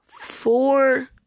four